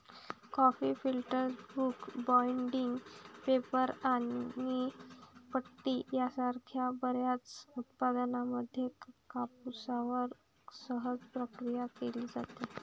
coffee filters, book binding, paper आणि पट्टी यासारख्या बर्याच उत्पादनांमध्ये कापूसवर सहज प्रक्रिया केली जाते